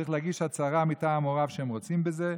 צריך להגיש הצהרה מטעם הוריו שהם רוצים בזה.